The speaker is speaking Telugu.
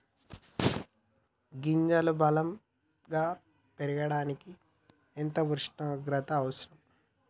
గింజలు బలం గా పెరగడానికి ఎంత ఉష్ణోగ్రత అవసరం?